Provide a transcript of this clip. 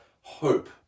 hope